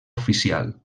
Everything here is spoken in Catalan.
oficial